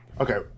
Okay